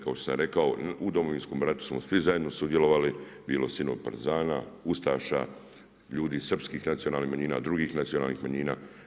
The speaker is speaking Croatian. Kao što sam rekao u Domovinskom ratu smo svi zajedno sudjelovali bilo sinovi partizana, ustaša, ljudi srpskih nacionalnih manjina, drugih nacionalnih manjina.